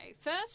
First